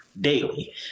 daily